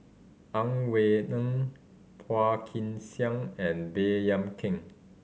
Ang Wei Neng Phua Kin Siang and Baey Yam Keng